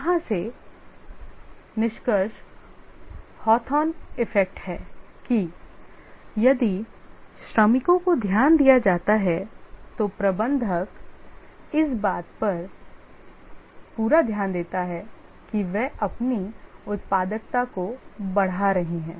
यहाँ से निष्कर्ष Hawthorn effect है कि यदि श्रमिकों को ध्यान दिया जाता है तो प्रबंधक इस बात पर पूरा ध्यान देता है कि वे अपनी उत्पादकता को बढ़ा रहे हैं